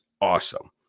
awesome